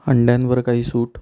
अंड्यांवर काही सूट